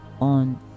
on